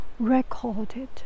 recorded